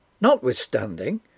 Notwithstanding